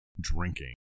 drinking